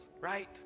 Right